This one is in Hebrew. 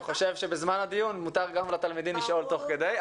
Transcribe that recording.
וחושב שבזמן הדיון מותר לתלמידים לשאול תוך כדי,